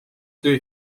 töö